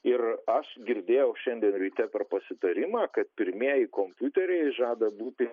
ir aš girdėjau šiandien ryte per pasitarimą kad pirmieji kompiuteriai žada būti